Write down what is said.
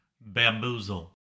bamboozle